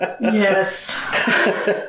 Yes